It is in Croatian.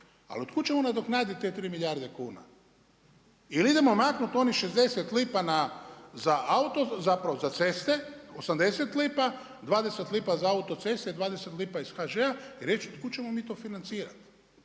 Ali otkud ćemo nadoknaditi te 3 milijarde kuna? Ili idemo maknuti onih 60 lipa za auto, zapravo za ceste, 80 lipa, 20 lipa za autoceste, 20 lipa iz HŽ-a, i reći otkud ćemo mi to financirat.